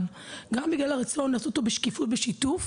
גם בגלל הרצון לעשות אותו בשקיפות ושיתוף,